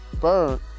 burn